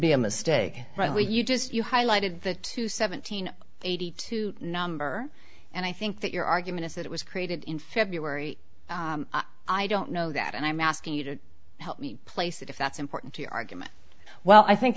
be a mistake right away you just you highlighted the two seventeen eighty two number and i think that your argument is that it was created in february i don't know that and i'm asking you to help me place it if that's important to your argument well i think